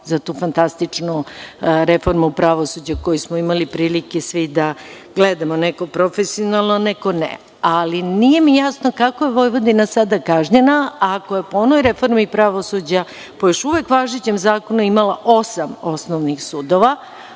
za tu fantastičnu reformu pravosuđa koju smo imali prilike da gledamo, neko profesionalno, a neko ne. Nije mi jasno kako je Vojvodina sada kažnjena, ako je po onoj reformi pravosuđa, po još uvek važećem zakonu imala osam osnovnih sudova,